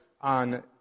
on